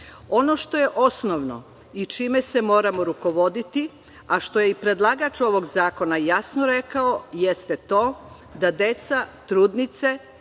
što je osnovno i čime se moramo rukovoditi, a što je i predlagač ovog zakona jasno rekao, jeste to da deca, trudnice